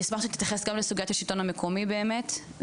אני אשמח שתייחס גם לסוגיית השלטון המקומי באמת.